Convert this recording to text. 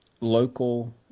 local